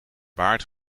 baard